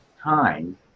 time